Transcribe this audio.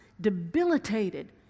debilitated